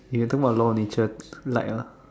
you have to walk along nature to like ah